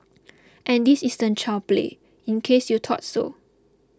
and this isn't child play in case you thought so